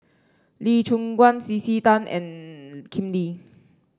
Lee Choon Guan C C Tan and Lim Lee